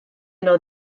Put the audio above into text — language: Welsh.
yno